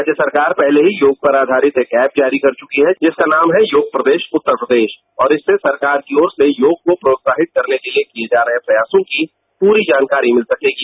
राज्य सरकार पहले ही योग पर आधारित एक ऐप जारी कर चुकी है जिसका नाम है योग प्रदेश उत्तर प्रदेश और इससे सरकार की और से योग को प्रोत्साहित करने के लिए किए जा रहे प्रयासों की पूरी जानकारी मिल सकेगी